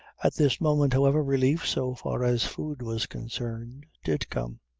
at this moment, however, relief, so far as food was concerned, did come.